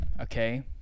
okay